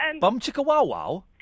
Bum-chicka-wow-wow